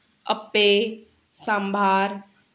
अप्पे सांभार